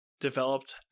developed